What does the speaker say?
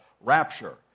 rapture